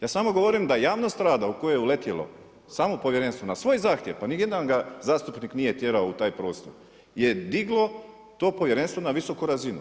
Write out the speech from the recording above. Ja samo govorim da javnost rada u koje je uletjelo samo povjerenstvo na svoj zahtjev, pa nijedan ga zastupnik nije tjerao u taj prostor je diglo to povjerenstvo na visoku razinu.